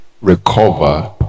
recover